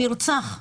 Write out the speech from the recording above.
נרצח.